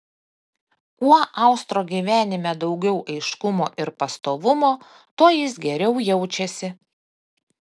kuo austro gyvenime daugiau aiškumo ir pastovumo tuo jis geriau jaučiasi